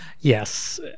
Yes